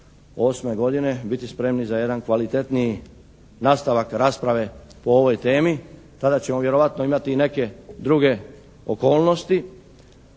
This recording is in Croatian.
2008. godine biti spremni za jedan kvalitetniji nastavak rasprave po ovoj temi, tada ćemo vjerojatno imati i neke druge okolnosti,